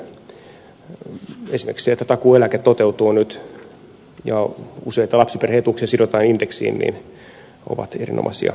esimerkiksi ne että takuueläke toteutuu nyt ja useita lapsiperhe etuuksia sidotaan indeksiin ovat erinomaisia esimerkkejä siitä